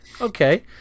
okay